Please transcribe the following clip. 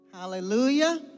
Hallelujah